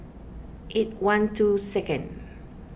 eight one two second